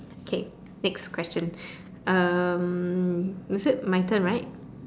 okay next question um is it my turn right